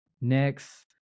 next